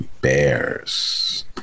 Bears